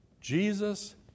Jesus